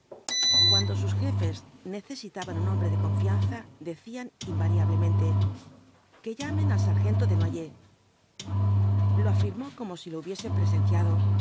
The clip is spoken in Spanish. cuando sus jefes necesitaban un hombre de confianza decían invariablemente que llamen al sargento desnoyers lo afirmó como si lo hubiese presenciado